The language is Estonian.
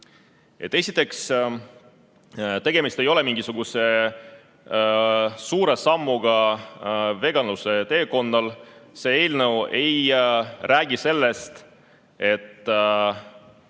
tegemist ei ole mingisuguse suure sammuga veganluse teekonnal. See eelnõu ei räägi sellest, et